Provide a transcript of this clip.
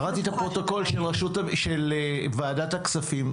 קראתי את הפרוטוקול של ועדת הכספים,